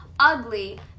Ugly